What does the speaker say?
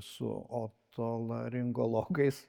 su otolaringologais